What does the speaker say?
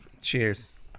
Cheers